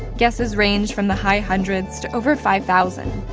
guesses range from the high hundreds to over five thousand.